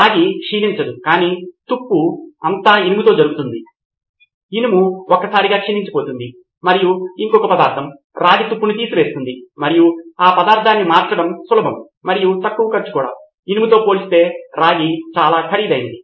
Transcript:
రాగి క్షీణించదు కాని తుప్పు అంతా ఇనుముతో జరుగుతుంది ఇనుము ఒక్కసారిగా క్షీణించిపోతుంది మరియు ఇంకొక పదార్థం రాగి తుప్పును తీసివేస్తుంది మరియు ఆ పదార్థాన్ని మార్చడం సులభం మరియు తక్కువ ఖర్చు ఇనుముతో పోల్చితే రాగి చాలా ఖరీదైనది